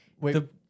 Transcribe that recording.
Wait